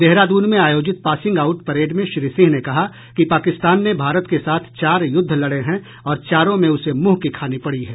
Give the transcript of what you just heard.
देहरादून में आयोजित passing out parade में श्री सिंह ने कहा कि पाकिस्तान ने भारत के साथ चार युद्ध लड़े हैं और चारो में उसे मुँह की खानी पड़ी है